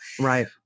Right